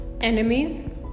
enemies